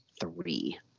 three